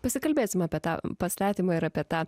pasikalbėsim apie tą pastatymą ir apie tą